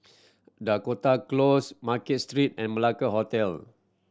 Dakota Close Market Street and Malacca Hotel